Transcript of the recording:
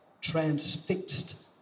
transfixed